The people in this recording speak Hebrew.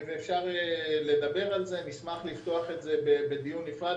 אפשר לדבר על זה, נשמח לפתוח את זה בדיון נפרד.